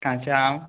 কাঁচা আম